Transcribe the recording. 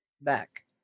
back